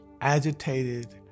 agitated